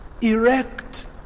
erect